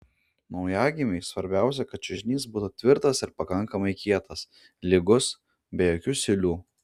naujagimiui svarbiausia kad čiužinys būtų tvirtas ir pakankamai kietas lygus be jokių siūlių